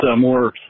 more